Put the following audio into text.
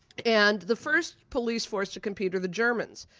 and the first police force to compete are the germans.